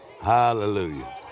Hallelujah